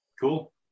Cool